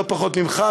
לא פחות ממך,